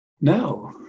No